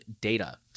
data